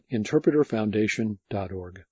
interpreterfoundation.org